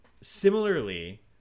similarly